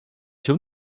cię